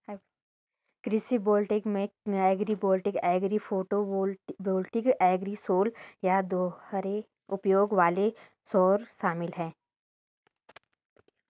कृषि वोल्टेइक में agrivoltaic agro photovoltaic agrisol या दोहरे उपयोग वाले सौर शामिल है